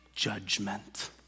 Judgment